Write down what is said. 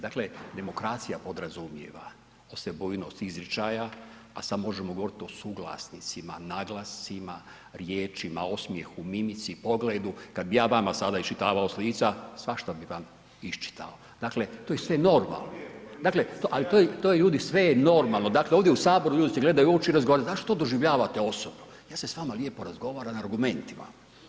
Dakle, demokracija podrazumijeva osebujnost izričaja, a sad možemo govoriti o suglasnicima, naglascima, riječima, osmijehu, mimici, pogledu, kad bi ja vama sada iščitavao s lica svašta bi vam iščitao, dakle to je sve normalno, dakle … [[Upadica iz klupe se ne razumije]] ali to je, to je ljudi sve je normalno, dakle ovdje u HS ljudi se gledaju u oči i razgovaraju, zašto doživljavate osobno, ja se s vama lijepo razgovaram argumentima.